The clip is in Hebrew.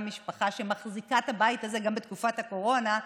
משפחה שמחזיקה את הבית הזה גם בתקופת הקורונה,